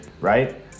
right